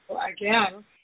again